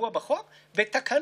לוועדת החינוך נתקבלה.